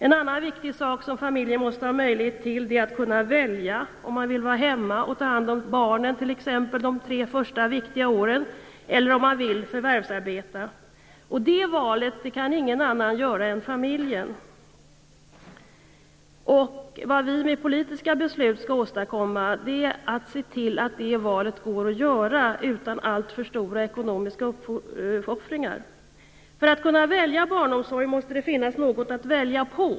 En annan viktig sak som familjen måste ha möjlighet till är att välja om man vill vara hemma och ta hand om barnen t.ex. de första tre viktiga åren eller om man vill förvärvsarbeta, och det valet kan ingen annan än familjen göra. Vad vi med politiska beslut skall åstadkomma är att se till att det valet går att göra utan alltför stora ekonomiska uppoffringar. För att kunna välja barnomsorg måste det finnas något att välja mellan.